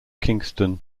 kingston